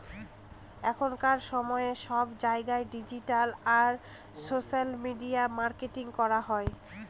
এখনকার সময়ে সব জায়গায় ডিজিটাল আর সোশ্যাল মিডিয়া মার্কেটিং করা হয়